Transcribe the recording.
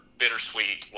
bittersweet